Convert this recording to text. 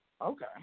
Okay